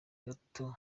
gato